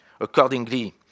Accordingly